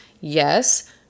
Yes